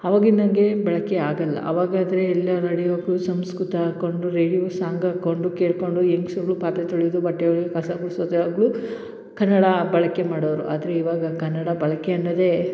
ಅವಾಗಿನಾಗೆ ಬಳಕೆ ಆಗಲ್ಲ ಅವಾಗಾದರೆ ಎಲ್ಲ ನಡೆಯೋಕ್ಕೂ ಸಂಸ್ಕೃತ ಹಾಕೊಂಡು ರೇಡಿಯೊ ಸಾಂಗ್ ಹಾಕೊಂಡು ಕೇಳಿಕೊಂಡು ಹೆಂಗ್ಸ್ರುಗಳು ಪಾತ್ರೆ ತೊಳೆಯೋದು ಬಟ್ಟೆ ಒಳಿ ಕಸ ಗುಡಿಸೋದಾಗ್ಲು ಕನ್ನಡ ಬಳಕೆ ಮಾಡೋರು ಆದರೆ ಇವಾಗ ಕನ್ನಡ ಬಳಕೆ ಅನ್ನೊದೆ